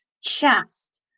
chest